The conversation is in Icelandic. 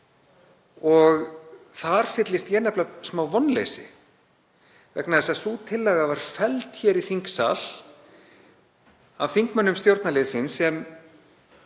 Þar fyllist ég nefnilega smá vonleysi vegna þess að sú tillaga var felld hér í þingsal af þingmönnum stjórnarliðsins sem